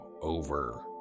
over